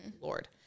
Lord